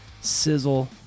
sizzle